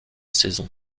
saison